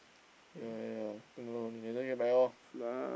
ya ya ya two dollar only later you buy lor